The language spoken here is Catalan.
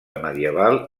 medieval